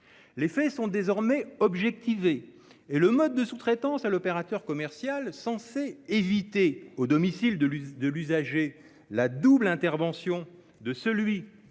Les faits sont désormais objectivés et le mode de sous-traitance à l'opérateur commercial, censé éviter au domicile de l'usager la double intervention de celui